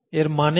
এর মানে কি